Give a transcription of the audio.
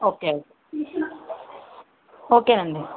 okay అయితే ఓకేనండి